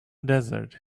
desert